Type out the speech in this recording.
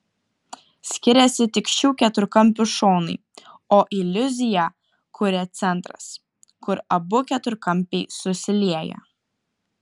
skiriasi tik šių keturkampių šonai o iliuziją kuria centras kur abu keturkampiai susilieja